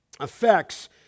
effects